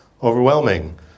Overwhelming